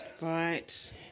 Right